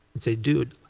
and say, dude,